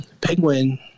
Penguin